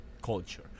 culture